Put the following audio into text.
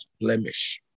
blemish